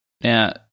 Now